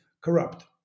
corrupt